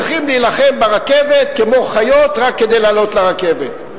צריכים להילחם ברכבת כמו חיות רק כדי לעלות לרכבת.